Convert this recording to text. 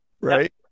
right